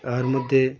তার মধ্যে